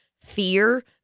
fear